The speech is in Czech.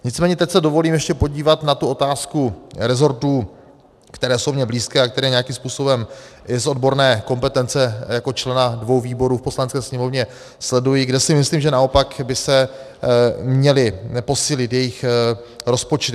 Nicméně teď se dovolím ještě podívat na tu otázku rezortů, které jsou mně blízké a které nějakým způsobem i z odborné kompetence jako člena dvou výborů v Poslanecké sněmovně sleduji, kde si myslím, že naopak by se měly posílit jejich rozpočty.